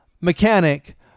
mechanic